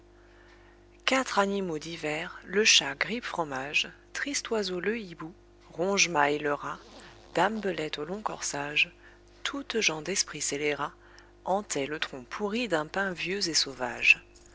quatre animaux divers le chat grippe-fromage triste oiseau le hibou ronge-maille le rat dame belette au long corsage toutes gens d'esprit scélérat hantaient le tronc pourri d'un pin vieux et sauvage